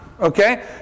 Okay